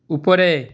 উপরে